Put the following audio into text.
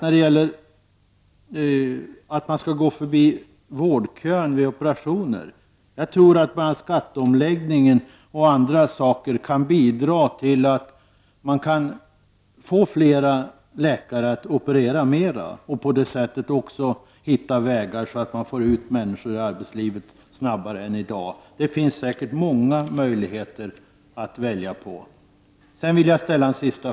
När det gäller frågan om man skall gå förbi vårdköer vid operationer tror jag att skatteomläggningen och andra omständigheter kan bidra till att man kan få flera läkare att operera mera. På det sättet kan man också hitta vägar för att få ut människor i arbetslivet snabbare än i dag. Det finns säkert många möjligheter att välja mellan. Jag har ytterligare en fråga.